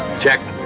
check.